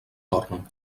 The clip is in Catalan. torna